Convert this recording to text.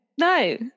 No